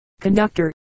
conductor